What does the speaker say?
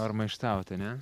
ar maištaut ane